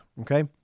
Okay